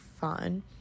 fun